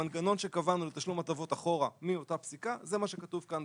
המנגנון שקבענו לתשלום הטבות אחורה מאותה הפסיקה זה מה שכתוב כאן,